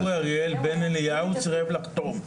בן אליהו סירב לחתום.